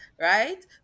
right